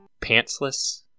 Pantsless